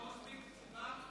זו לא מספיק סיבה?